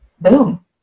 boom